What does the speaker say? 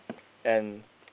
and